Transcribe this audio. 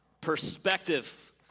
Perspective